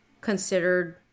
considered